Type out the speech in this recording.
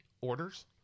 orders